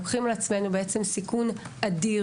לוקחים על עצמנו סיכון אדיר,